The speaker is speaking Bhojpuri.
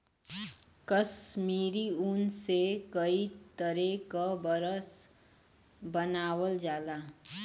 कसमीरी ऊन से कई तरे क बरस बनावल जाला